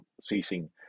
ceasing